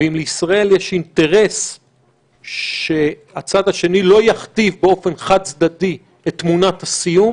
ואם לישראל יש אינטרס שהצד השני לא יכתיב באופן חד-צדדי את תמונת הסיום